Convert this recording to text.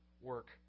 work